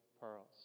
pearls